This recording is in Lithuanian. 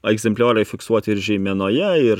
egzemplioriai fiksuoti ir žeimenoje ir